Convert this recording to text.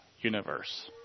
universe